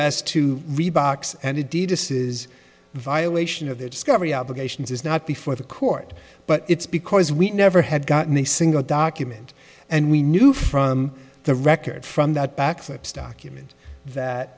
as to rebox and indeed this is violation of their discovery obligations is not before the court but it's because we never had gotten a single document and we knew from the record from that backflips document that